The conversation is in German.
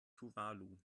tuvalu